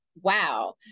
wow